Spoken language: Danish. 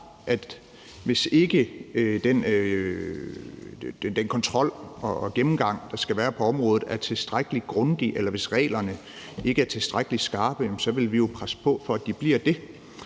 at hvis ikke den kontrol og gennemgang, der skal være på området, er tilstrækkelig grundig, eller at hvis reglerne ikke er tilstrækkelig skarpe, så vil vi jo presse på for, at de bliver det.